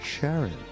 Sharon